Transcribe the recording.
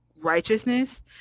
righteousness